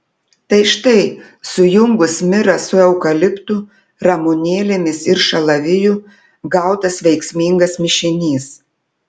tai štai sujungus mirą su eukaliptu ramunėlėmis ir šalaviju gautas veiksmingas mišinys